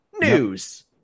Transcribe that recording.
News